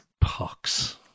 Pucks